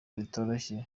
ritoroshye